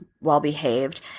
well-behaved